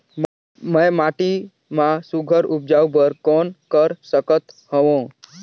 मैं माटी मा सुघ्घर उपजाऊ बर कौन कर सकत हवो?